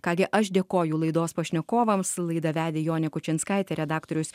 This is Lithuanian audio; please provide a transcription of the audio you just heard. ką gi aš dėkoju laidos pašnekovams laidą vedė jonė kučinskaitė redaktorius